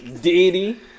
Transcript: Diddy